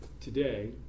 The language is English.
today